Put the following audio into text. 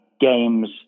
games